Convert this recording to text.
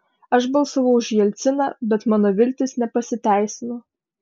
aš balsavau už jelciną bet mano viltys nepasiteisino